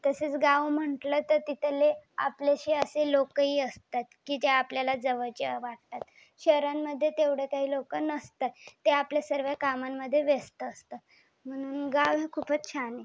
तसेच गाव म्हटलं तर तिथले आपलेसे असे लोकही असतात की जे आपल्याला जवळचे वाटतात शहरांमध्ये तेवढं काही लोक नसतात ते आपल्या सर्व कामांमध्ये व्यस्त असतात म्हणून गाव हे खूपच छान आहे